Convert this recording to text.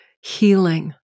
healing